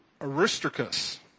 Aristarchus